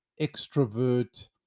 extrovert